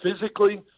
Physically